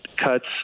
cuts